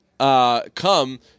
Come